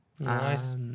Nice